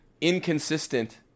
inconsistent